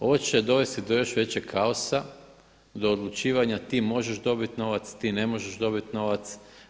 Ovo će dovesti do još većeg kaosa, do odlučivanja ti možeš dobiti novac, ti ne možeš dobiti novac.